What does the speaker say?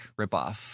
ripoff